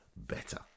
better